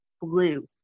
blue